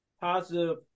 positive